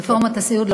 רפורמת הסיעוד,